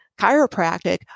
chiropractic